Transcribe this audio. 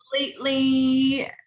completely